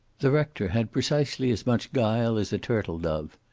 the rector had precisely as much guile as a turtle dove,